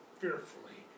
fearfully